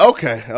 Okay